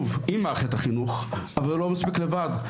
עם מערכת החינוך, זה לא מספיק לבד.